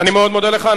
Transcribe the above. אני מאוד מודה לך.